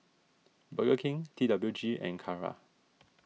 Burger King T W G and Kara